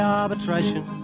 arbitration